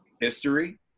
history